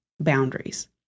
boundaries